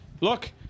look